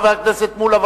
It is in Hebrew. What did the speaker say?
חבר הכנסת מולה,